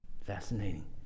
Fascinating